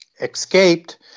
escaped